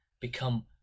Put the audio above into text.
become